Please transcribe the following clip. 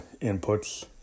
inputs